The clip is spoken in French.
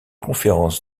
conférences